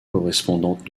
correspondantes